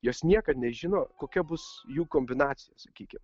jos niekad nežino kokia bus jų kombinacija sakykim